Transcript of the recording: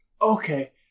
Okay